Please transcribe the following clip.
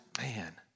man